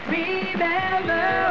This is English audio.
Remember